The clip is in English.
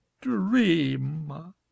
dream